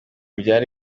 byari